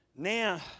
Now